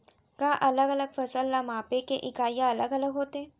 का अलग अलग फसल ला मापे के इकाइयां अलग अलग होथे?